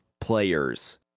Players